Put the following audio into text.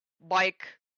bike